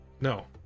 no